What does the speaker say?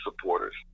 supporters